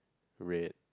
red